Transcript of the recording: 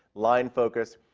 line focus.